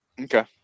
Okay